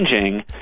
changing